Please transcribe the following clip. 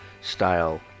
style